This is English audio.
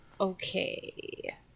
Okay